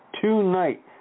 Tonight